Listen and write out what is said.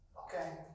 Okay